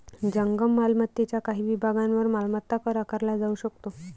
जंगम मालमत्तेच्या काही विभागांवर मालमत्ता कर आकारला जाऊ शकतो